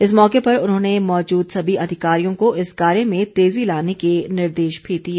इस मौके पर उन्होंने मौजूद सभी अधिकारियों को इस कार्य में तेजी लाने के निर्देश भी दिए